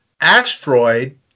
asteroid